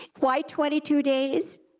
why twenty two days?